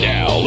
Now